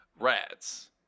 rats